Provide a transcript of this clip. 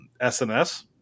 SNS